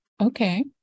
Okay